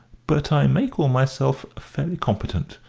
but i may call myself fairly competent.